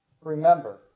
remember